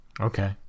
Okay